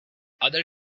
other